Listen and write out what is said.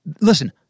Listen